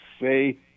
Say